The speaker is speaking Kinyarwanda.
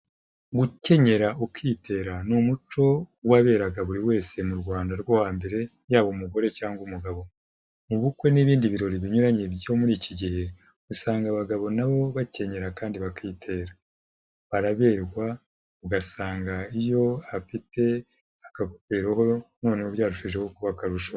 Gukenyera ukitera ni umuco waberaga buri wese mu rwanda rwo hambere yaba umugore cyangwa umugabo, mu bukwe n'ibindi birori binyuranye byo muri iki gihe usanga abagabo nabo bakenyera kandi bakitera, baraberwa ugasanga iyo afite akagofero noneho byarushijeho kuba akarusho.